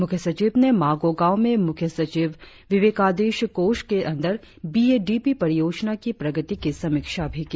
मुख्य सचिव ने मागों गांव में मुख्य सचिव विवेकाधीष कोष के अंदर बी ए डी पी परियोजनाओं की प्रगति की समीक्षा भी की